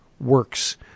works